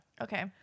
Okay